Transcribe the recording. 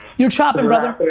you're chopping, brother.